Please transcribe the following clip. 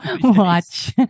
watch